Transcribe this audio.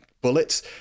bullets